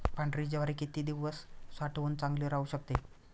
पांढरी ज्वारी किती दिवस साठवून चांगली राहू शकते?